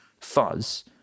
fuzz